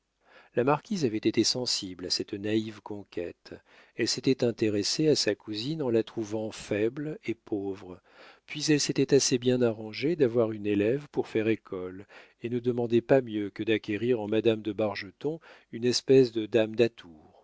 la marquise avait été sensible à cette naïve conquête elle s'était intéressée à sa cousine en la trouvant faible et pauvre puis elle s'était assez bien arrangée d'avoir une élève pour faire école et ne demandait pas mieux que d'acquérir en madame de bargeton une espèce de dame d'atour